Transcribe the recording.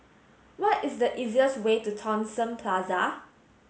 what is the easiest way to Thomson Plaza